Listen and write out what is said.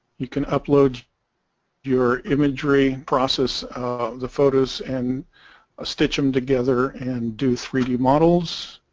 you can upload your imagery process of the photos and stitch them together and do three d models